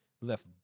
left